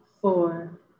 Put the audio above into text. four